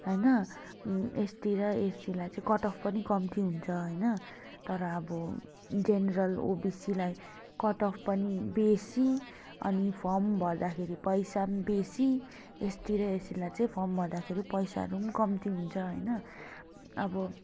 होइन एसटी र एससीलाई चाहिँ कटअफ पनि कम्ती हुन्छ होइन तर अब जेनरल ओबिसीलाई कटअफ पनि बेसी अनि फर्म भर्दाखेरि पैसा पनि बेसी एसटी र एससीलाई चाहिँ फर्म भर्दाखेरि पैसाहरू पनि कम्ती हुन्छ होइन अब